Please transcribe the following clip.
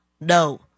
no